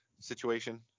situation